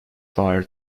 fired